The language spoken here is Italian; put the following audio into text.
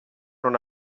non